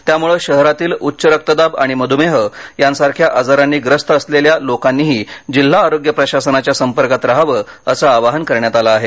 त्यामुळं शहरातील उच्च रक्तदाब आणि मध्मेह यासारख्या आजारांनी ग्रस्त असलेल्या लोकांनीही जिल्हा आरोग्य प्रशासनाच्या संपर्कात राहावं असं आवाहन करण्यात आलं आहे